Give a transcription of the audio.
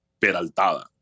Peraltada